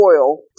oil